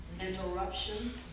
interruption